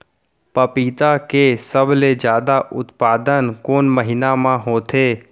पपीता के सबले जादा उत्पादन कोन महीना में होथे?